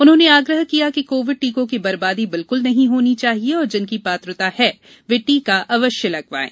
उन्होंने आग्रह किया कि कोविड टीकों की बर्बादी बिल्कुल नहीं होनी चाहिए और जिनकी पात्रता है वे टीका अवश्य लगवाएं